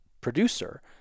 producer